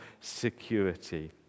security